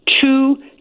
Two